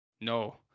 No